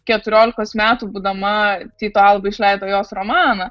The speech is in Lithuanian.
keturiolikos metų būdama tyto alba išleido jos romaną